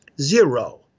Zero